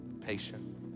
patient